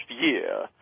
year